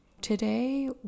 Today